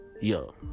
yo